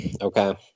Okay